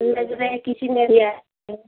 लग रहा है किसी ने लिया है फिर